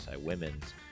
Women's